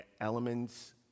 elements